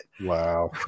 Wow